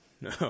No